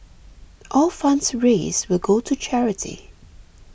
all funds raised will go to charity